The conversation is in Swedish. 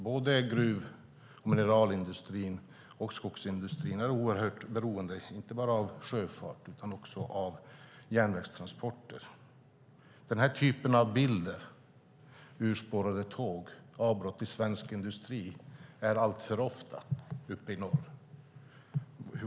Både gruv och mineralindustrin och skogsindustrin är oerhört beroende inte bara av sjöfart utan också av järnvägstransporter. Den typ av bilder som jag håller i min hand, av urspårade tåg och avbrott i svensk industri, är alltför ofta förekommande uppe i norr.